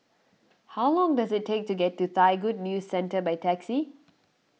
how long does it take to get to Thai Good News Centre by taxi